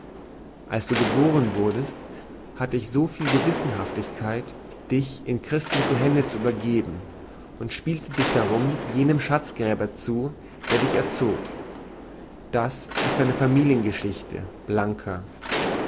als du geboren wurdest hatte ich soviel gewissenhaftigkeit dich in christliche hände zu übergeben und spielte dich darum jenem schazgräber zu der dich erzog das ist deine familiengeschichte blanker